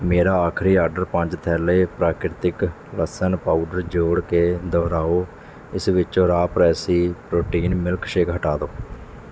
ਮੇਰਾ ਆਖਰੀ ਆਡਰ ਪੰਜ ਥੈਲੇ ਪ੍ਰਕ੍ਰਿਤੀਕ ਲਸਣ ਪਾਊਡਰ ਜੋੜ ਕੇ ਦੁਹਰਾਓ ਇਸ ਵਿੱਚ ਰਾ ਪ੍ਰੈਸਰੀ ਪ੍ਰੋਟੀਨ ਮਿਲਕ ਸ਼ੇਕ ਹਟਾ ਦਿਓ